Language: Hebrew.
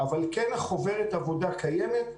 אבל כן חוברת העבודה קיימת,